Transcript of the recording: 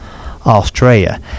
Australia